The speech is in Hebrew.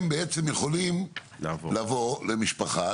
הם בעצם יכולים לבוא למשפחה,